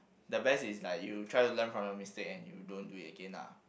the best is like you try to learn from your mistake and you don't do it again lah